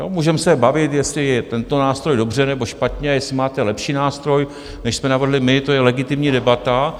Můžeme se bavit, jestli je tento nástroj dobře nebo špatně, jestli máte lepší nástroj, než jsme navrhli my, to je legitimní debata.